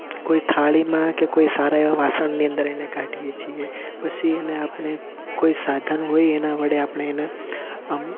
કોઈ થાળીમાં કે કોઈ સારા એવા વાસણની અંદર એને કાઢીએ છીએ પછી એને આપણે કોઈ સાધન હોય એના વડે આપણે એને આમ